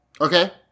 okay